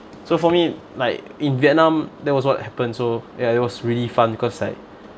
so for me like in vietnam that was what happened so ya it was really fun cause like